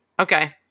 Okay